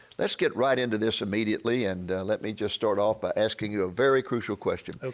let's get right into this immediately. and let me just start off by asking you a very crucial question